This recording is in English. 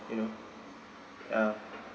you know ya